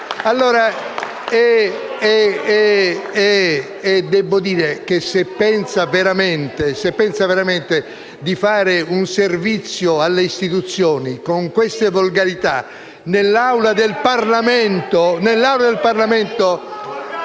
livello. Devo dire che, se pensa veramente di fare un servizio alle istituzioni con queste volgarità nell'Aula del Parlamento...